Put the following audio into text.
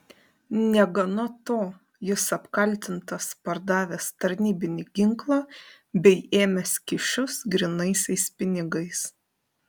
negana to jis apkaltintas pardavęs tarnybinį ginklą bei ėmęs kyšius grynaisiais pinigais